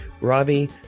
Ravi